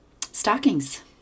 stockings